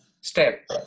step